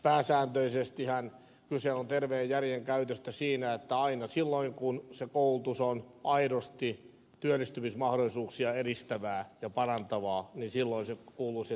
pääsääntöisestihän kyse on terveen järven käytöstä siinä että aina silloin kun se koulutus on aidosti työllistymismahdollisuuksia edistävää ja parantavaa se kuuluu sinne työllistymisohjelmaan laittaa